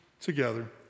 together